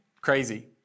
crazy